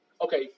okay